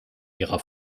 ihrer